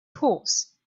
horse